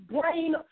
brain